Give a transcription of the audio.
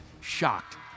shocked